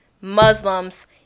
Muslims